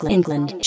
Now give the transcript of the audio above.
England